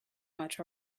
much